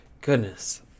goodness